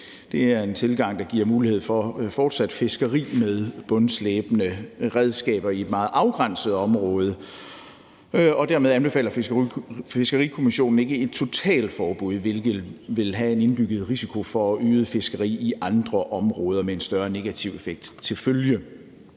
Det er en tilgang, der giver mulighed for fortsat fiskeri med bundslæbende redskaber i et meget afgrænset område. Dermed anbefaler Fiskerikommissionen ikke et totalforbud, som ville have en indbygget risiko for øget fiskeri i andre områder med en større negativ effekt til følge.